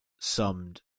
summed